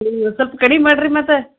ಹ್ಞೂ ಸ್ವಲ್ಪ್ ಕಡಿಮೆ ಮಾಡಿರಿ ಮತ್ತೆ